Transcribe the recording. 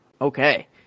okay